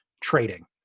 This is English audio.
trading